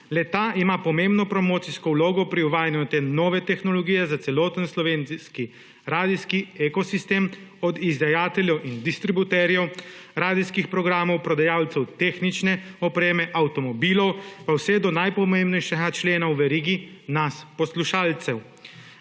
Le-ta ima pomembno promocijsko vlogo pri uvajanju v te nove tehnologije za celoten slovenski radijski ekosistem; od izdajateljev in distributerjev radijskih programov, prodajalcev tehnične opreme, avtomobilov pa vse do najpomembnejšega člena v verigi nas, poslušalcev.